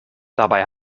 dabei